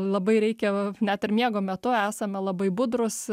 labai reikia net ir miego metu esame labai budrūs